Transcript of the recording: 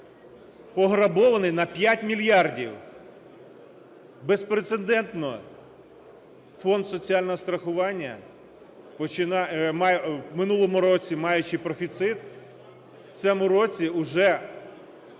пограбований на 5 мільярдів! Безпрецедентно! Фонд соціального страхування в минулому році, маючи профіцит, в цьому році вже